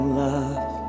love